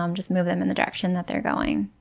um just move them in the direction that they're going.